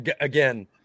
Again